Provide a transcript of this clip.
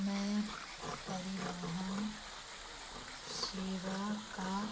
मैं परिवहन सेवा का